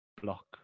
block